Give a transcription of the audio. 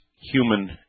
human